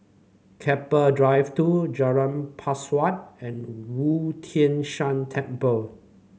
Keppel Drive Two Jalan Pesawat and Wu Tai Shan Temple